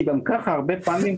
שגם כך מתקשים לשלם הרבה פעמים.